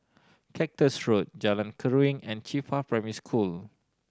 Cactus Road Jalan Keruing and Qifa Primary School